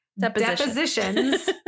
Depositions